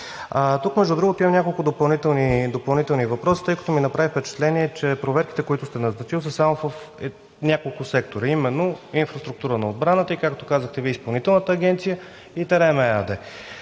Тук между другото имам няколко допълнителни въпроса, тъй като ми направи впечатление, че проверките, които сте назначил, са само в няколко сектора, а именно инфраструктура на отбраната и, както казахте Вие, Изпълнителната агенция и „Терем